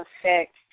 affect